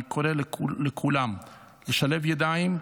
אני קורא לכולם לשלב ידיים,